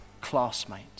classmate